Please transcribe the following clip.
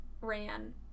ran